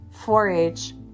4-H